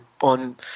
on